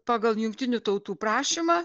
pagal jungtinių tautų prašymą